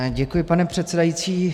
Děkuji, pane předsedající.